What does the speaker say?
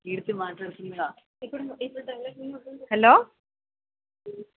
కీర్తి మాట్లాడుతుందిగా ఇప్పుడు హలో